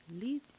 lead